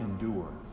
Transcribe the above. endure